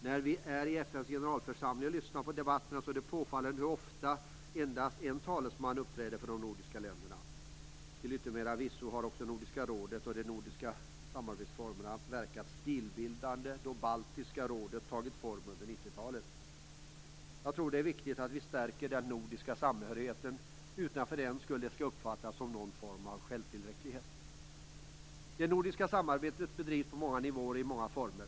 När vi är i FN:s generalförsamling och lyssnar på debatterna där är det påfallande ofta som endast en talesman uppträder för de nordiska länderna. Till yttermera visso har också Nordiska rådet och de nordiska samarbetsformerna verkat stilbildande då Baltiska rådet under 90-talet tog form. Jag tror att det är viktigt att vi stärker den nordiska samhörigheten utan att det för den skull skall uppfattas som någon form av självtillräcklighet. Det nordiska samarbetet bedrivs på många nivåer och i många former.